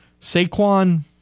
Saquon